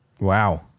Wow